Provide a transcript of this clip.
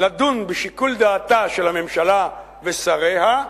לדון בשיקול הדעת של הממשלה ושריה,